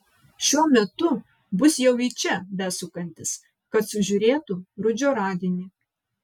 šiuo metu bus jau į čia besukantis kad sužiūrėtų rudžio radinį